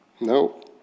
No